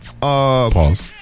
Pause